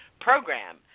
program